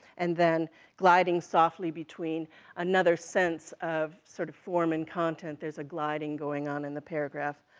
and then gliding softly between another sense of sort of form and content, there's a gliding going on in the paragraph.